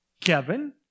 Kevin